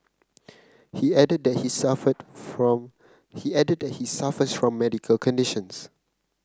he added that he suffered from he added that he suffers from medical conditions